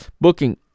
booking